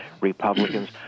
Republicans